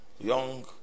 young